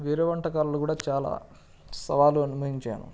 వేరే వంటకాలలో కూడా చాలా సవాళ్ళు అనుభవించాను